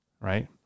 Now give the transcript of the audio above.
Right